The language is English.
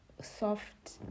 soft